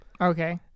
Okay